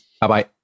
Bye-bye